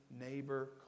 Neighbor